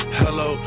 hello